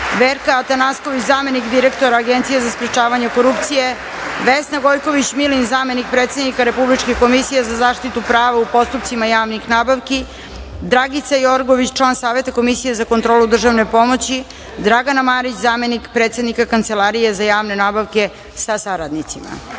Verka Atanasković, zamenik direktora Agencije za sprečavanje korupcije, Vesna Gojković Milin, zamenik predsednika Republičke komisije za zaštitu prava u postupcima javnih nabavki, Dragica Jorgović, član Saveta Komisije za kontrolu državne pomoći, Dragana Marić, zamenik predsednika Kancelarije za javne nabavke sa saradnicima. Saglasno